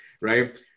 Right